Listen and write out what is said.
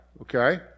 okay